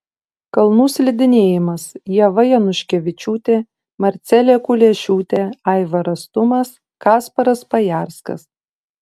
kalnų slidinėjimas ieva januškevičiūtė marcelė kuliešiūtė aivaras tumas kasparas pajarskas